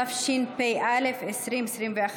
התשפ"א 2021,